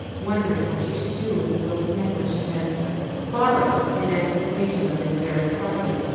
wondering what she should do with the broken necklace she had borrowed, in anticipation of this very party.